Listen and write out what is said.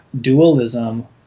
dualism